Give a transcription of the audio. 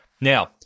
Now